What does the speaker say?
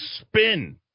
spin